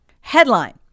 headline